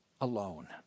alone